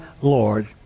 Lord